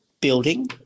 building